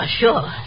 sure